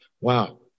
Wow